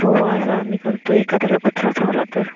so असं आम्ही करतो एखाद्याला कुत्रा चावला तर